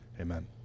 Amen